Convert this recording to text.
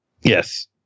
Yes